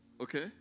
okay